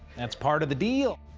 that's part of the deal.